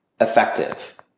effective